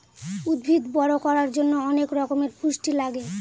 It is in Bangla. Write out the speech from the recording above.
উদ্ভিদ বড়ো করার জন্য অনেক রকমের পুষ্টি লাগে